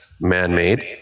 man-made